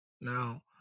Now